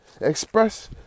Express